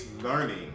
learning